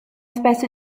spesso